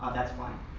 that's fine,